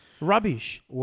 Rubbish